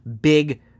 big